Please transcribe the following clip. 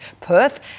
Perth